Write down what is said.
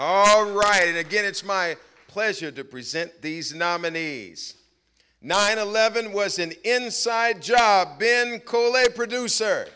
all right again it's my pleasure to present these nominees nine eleven was an inside job been colet producer